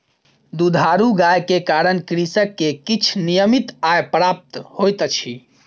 दुधारू गाय के कारण कृषक के किछ नियमित आय प्राप्त होइत अछि